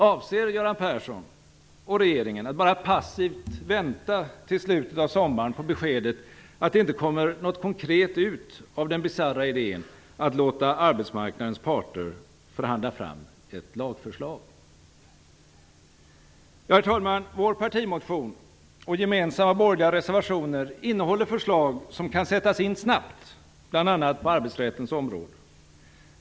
Avser Göran Persson och regeringen att bara passivt vänta till slutet av sommaren på beskedet att det inte kommit något konkret ut av den bisarra idén att låta arbetsmarknadens parter förhandla fram ett lagförslag? Herr talman! Vår partimotion och gemensamma borgerliga reservationer innehåller förslag som kan sättas in snabbt, bl.a. på arbetsrättens område.